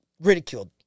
Ridiculed